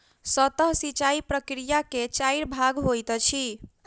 सतह सिचाई प्रकिया के चाइर भाग होइत अछि